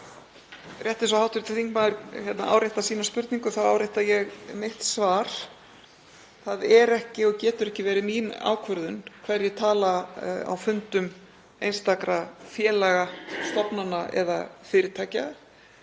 Rétt eins og hv. þingmaður áréttar sína spurningu þá árétta ég mitt svar: Það er ekki og getur ekki verið mín ákvörðun hverjir tala á fundum einstakra félaga, stofnana eða fyrirtækja.